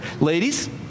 Ladies